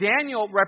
Daniel